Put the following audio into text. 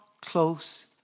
close